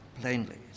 plainly